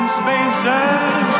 spaces